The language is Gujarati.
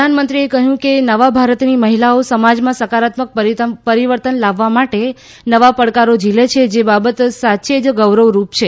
પ્રધાનમંત્રીએ કહ્યું હતું કે નવા ભારતની મહિલાઓ સમાજમાં સકારાત્મક પરિવર્તન લાવવા માટે નવા પડકારો ઝીલે છે જે બાબત સાચે જ ગૌરવરૂપ છે